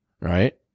right